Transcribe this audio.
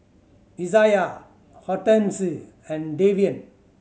Izayah Hortense and Davian